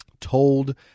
told